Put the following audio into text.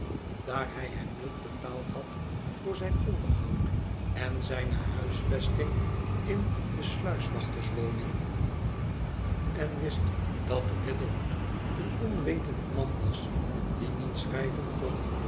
daar hij hem mild i etaaldhad voor zijn onderhoud en zijne huisvesting in de sluiswachterswoning en wist dat riderhood een onwetend man was die niet schrijven kon